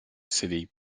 city